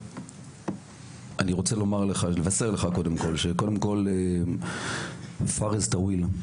אני רוצה קודם כל לבשר לך שפארס טויל,